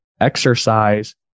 exercise